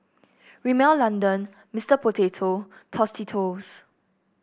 Rimmel London Mister Potato Tostitos